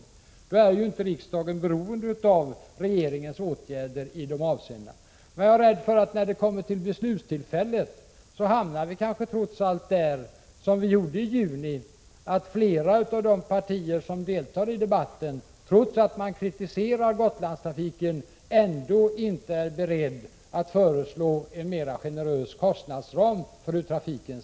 I så fall är inte riksdagen beroende av regeringens åtgärder i dessa avseenden. Jag är rädd för att vi när det kommer till beslut kanske trots allt hamnar där vi hamnade i juni, då flera av de partier som deltar i debatten i dag, trots att man kritiserar Gotlandstrafiken inte var beredda att föreslå en mer generös kostnadsram för Gotlandstrafiken.